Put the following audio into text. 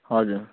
हजुर